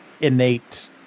innate